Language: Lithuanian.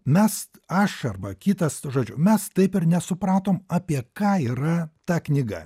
mes aš arba kitas žodžiu mes taip ir nesupratom apie ką yra ta knyga